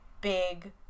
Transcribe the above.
big